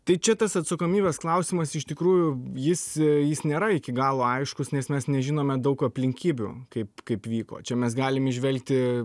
tai čia tas atsakomybės klausimas iš tikrųjų jis jis nėra iki galo aiškus nes mes nežinome daug aplinkybių kaip kaip vyko čia mes galim įžvelgti